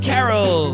Carol